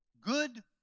Good